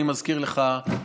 אני מזכיר לך,